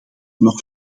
nog